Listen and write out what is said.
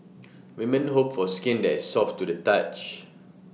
women hope for skin that is soft to the touch